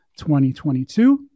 2022